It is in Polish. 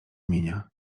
imienia